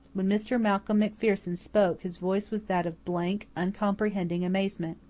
when mr. malcolm macpherson spoke his voice was that of blank, uncomprehending amazement.